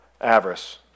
avarice